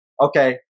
okay